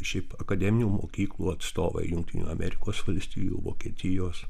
šiaip akademinių mokyklų atstovai jungtinių amerikos valstijų vokietijos